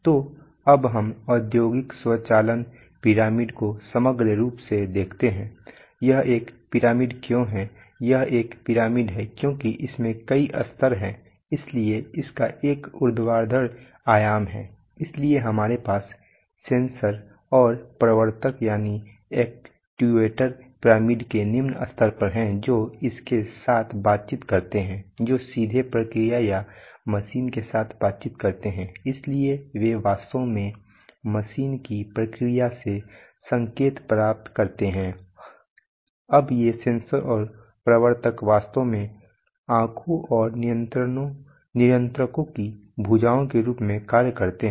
तो अब हम औद्योगिक स्वचालन पिरामिड को समग्र रूप से देखते हैं यह एक पिरामिड क्यों है यह एक पिरामिड है क्योंकि इसमें कई स्तर हैं इसलिए इसका एक ऊर्ध्वाधर आयाम है इसलिए हमारे पास सेंसर और प्रवर्तक पिरामिड के निम्नतम स्तर हैं जो इसके साथ बातचीत करते हैं जो सीधे प्रक्रिया या मशीन के साथ बातचीत करते हैं इसलिए वे वास्तव में मशीन की प्रक्रिया से संकेत प्राप्त करते हैं अब ये सेंसर और प्रवर्तक वास्तव में आंखों और नियंत्रकों की भुजाओं के रूप में कार्य करते हैं